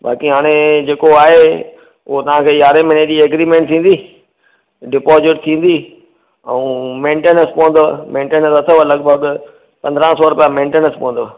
बाक़ी हाणे जे को आहे उहो तव्हांखे यारहें महीने जी एग्रिमेंट थींदी डिपोजीट थींदी ऐं मेंटेनेस पवंदुव मेंटेनेस अथव लॻभॻि पंद्रहां सौ रुपिया मेंटेनेस पवंदुव